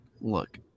look